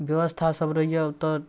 बेबस्थासब रहैए ओतऽ